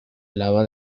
lava